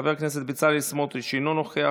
חבר הכנסת בצלאל סמוטריץ' אינו נוכח,